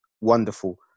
wonderful